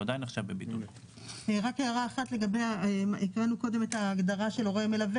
הערה לגבי הגדרת הורה מלווה,